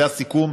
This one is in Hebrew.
זה הסיכום.